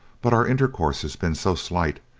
but our intercourse has been so slight,